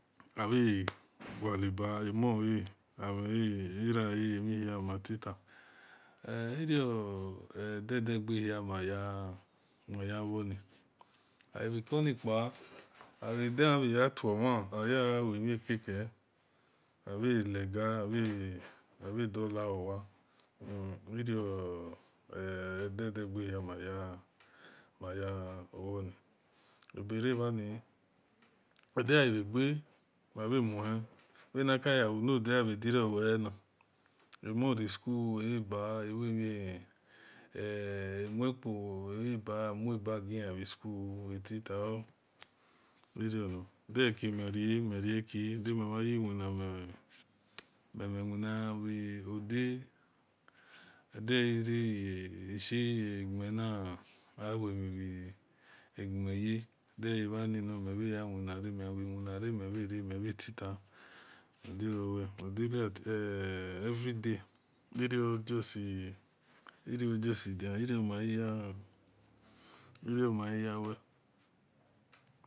Abhe gualeba emon-le-amhe-le era le emha hia be titu erio edede gbe hia maya luo ni agha ko ni kpa dayanya tuo mhan obhe lega-abhe dor lawowa irio emhon- ede-de-ghehia lueo ni eberebhai edeghai gbe mabhe mu-hen bhe naka ya lu node abhe dirio lue ehena emo ri-school ele ba emue kpo amue bu gian bhi school mel tita irio nor de ekimerie mel rieki de-shi-wina no mel bhe ya wina bheni mel gha re-mel bhe tita adino lue every day irio ojusi dia irio maghi ya lue.